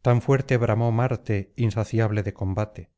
tan fuerte bramó marte insaciable de combate